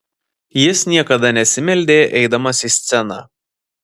jis niekada nesimeldė eidamas į sceną